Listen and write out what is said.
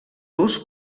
los